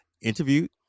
interviewed